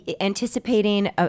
anticipating